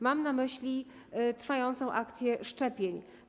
Mam na myśli trwającą akcję szczepień.